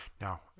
Now